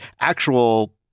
actual